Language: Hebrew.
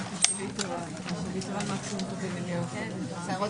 הישיבה ננעלה